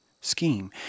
scheme